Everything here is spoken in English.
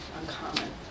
uncommon